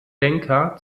denker